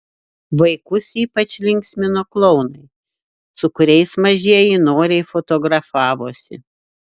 vaikus ypač linksmino klounai su kuriais mažieji noriai fotografavosi